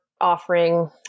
offering